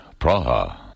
Praha